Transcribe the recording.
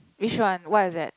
which one what is that